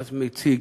מציג,